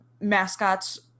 mascots